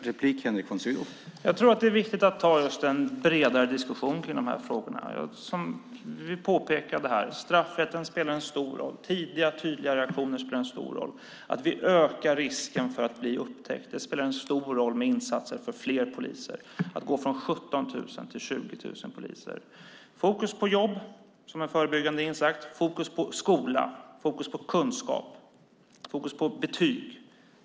Herr talman! Jag tror att det är viktigt att föra en bredare diskussion om dessa frågor. Som har påpekats här spelar straffrätten en stor roll. Tidiga och tydliga reaktioner spelar en stor roll och att vi ökar risken för upptäckt. Det spelar en stor roll med insatser för fler poliser, att gå från 17 000 till 20 000 poliser. Det ska vara fokus på jobb som en förebyggande insats. Det ska vara fokus på skola, kunskap och betyg.